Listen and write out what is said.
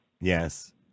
Yes